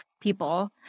people